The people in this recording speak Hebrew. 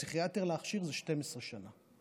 להכשיר פסיכיאטר זה 12 שנים.